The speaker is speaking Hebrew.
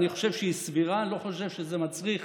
אני חושב שהיא סבירה, אני לא חושב שזה מצריך